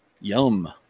Yum